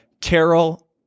Carol